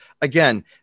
Again